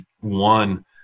one